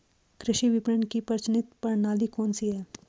कृषि विपणन की प्रचलित प्रणाली कौन सी है?